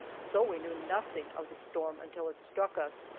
so we knew nothing of the storm until it struck us,